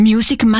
Music